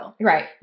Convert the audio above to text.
right